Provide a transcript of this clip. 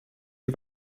die